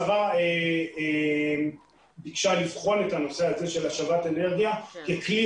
השרה ביקשה לבחון את הנושא של השבת אנרגיה ככלי